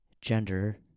gender